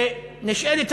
ונשאלת השאלה: